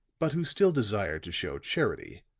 but who still desired to show charity.